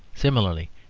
similarly,